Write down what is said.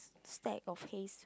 stack of hays